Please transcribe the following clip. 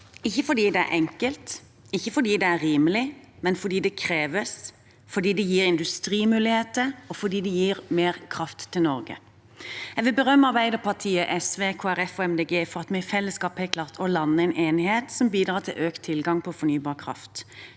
ikke fordi det er enkelt, ikke fordi det er rimelig, men fordi det kreves, fordi det gir industrimuligheter, og fordi det gir mer kraft til Norge. Jeg vil berømme Arbeiderpartiet, SV, Kristelig Folkeparti og Miljøpartiet De Grønne for at vi i fellesskap har klart å lande en enighet som bidrar til økt tilgang på fornybar kraft,